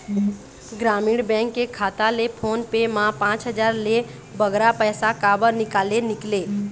ग्रामीण बैंक के खाता ले फोन पे मा पांच हजार ले बगरा पैसा काबर निकाले निकले?